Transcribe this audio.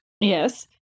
Yes